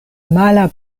mala